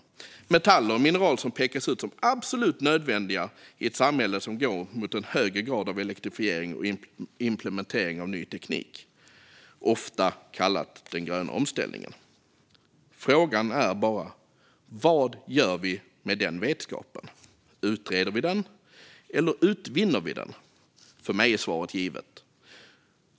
Detta är metaller och mineral som pekas ut som absolut nödvändiga i ett samhälle som går mot en högre grad av elektrifiering och implementering av ny teknik - det som ofta kallas den gröna omställningen. Frågan är bara: Vad gör vi med den vetskapen? Utreder vi den eller utvinner vi den? För mig är svaret givet.